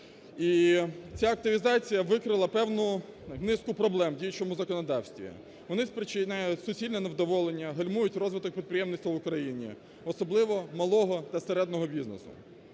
ця активізація викрила певну низку проблем в діючому законодавстві. Вони спричиняють суцільне невдоволення, гальмують розвиток підприємництва в Україні, особливо малого та середнього бізнесу.